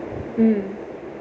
mm